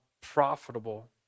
profitable